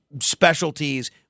specialties